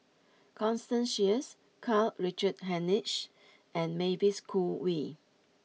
Constance Sheares Karl Richard Hanitsch and Mavis Khoo Oei